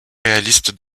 réaliste